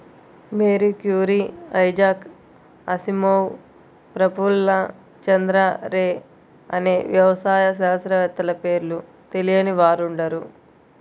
Mary Curie, Isaac Asimov, Prafulla Chandra Ray అనే వ్యవసాయ శాస్త్రవేత్తల పేర్లు తెలియని వారుండరు